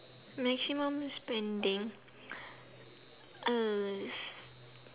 maximum spending uh is